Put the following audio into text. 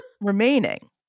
remaining